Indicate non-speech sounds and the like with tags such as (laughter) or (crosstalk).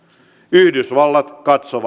yhdysvallat katsoo (unintelligible)